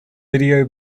video